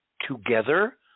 together